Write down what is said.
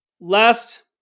last